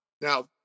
Now